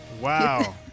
wow